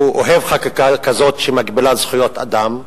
הוא אוהב חקיקה כזאת שמגבילה זכויות אדם.